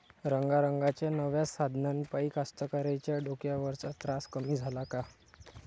रंगारंगाच्या नव्या साधनाइपाई कास्तकाराइच्या डोक्यावरचा तरास कमी झाला का?